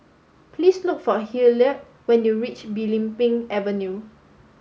please look for Hilliard when you reach Belimbing Avenue